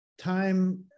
time